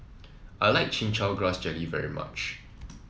I like Chin Chow Grass Jelly very much